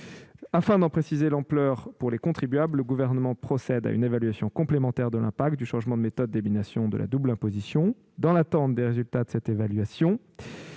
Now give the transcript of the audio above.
Afin de préciser l'ampleur de cette incidence pour les contribuables, le Gouvernement procède à une évaluation complémentaire de l'impact du changement de méthode d'élimination de la double imposition. Dans l'attente des résultats de cette évaluation,